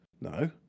No